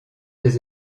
des